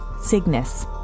Cygnus